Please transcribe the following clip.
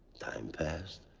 time passed,